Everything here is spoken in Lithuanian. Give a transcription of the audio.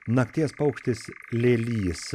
nakties paukštis lėlys